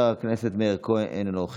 חברת הכנסת יפעת שאשא ביטון, אינה נוכחת,